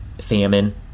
famine